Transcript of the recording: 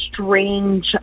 strange